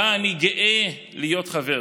שבה אני גאה להיות חבר.